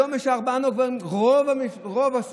היום יש ארבעה נורבגים, רוב הסיעה,